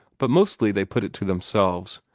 but mostly they put it to themselves,